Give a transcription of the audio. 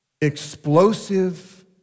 explosive